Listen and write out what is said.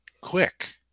quick